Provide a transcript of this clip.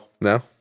No